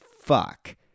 fuck